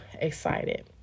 excited